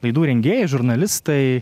laidų rengėjai žurnalistai